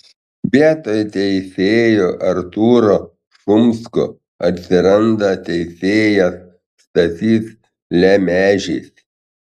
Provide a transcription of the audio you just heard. vietoj teisėjo artūro šumsko atsiranda teisėjas stasys lemežis